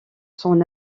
son